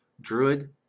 Druid